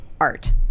art